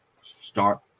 start